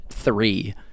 three